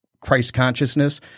Christ-consciousness